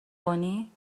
کنی